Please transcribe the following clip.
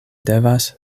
devas